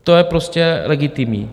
To je prostě legitimní.